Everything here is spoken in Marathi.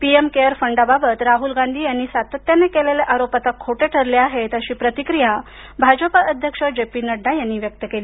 पीएम केअर फंडाबाबत राहुल गांधी यांनी सातत्यानं केलेले आरोप आता खोटे ठरले आहेत अशी प्रतिक्रिया भाजप अध्यक्ष जेपी नड्डा यांनी व्यक्त केली